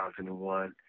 2001